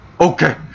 Okay